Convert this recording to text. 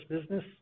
business